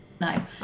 No